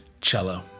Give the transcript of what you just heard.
Cello